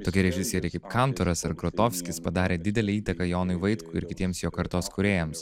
tokie režisieriai kaip kantoras irgrotovskis padarė didelę įtaką jonui vaitkui ir kitiems jo kartos kūrėjams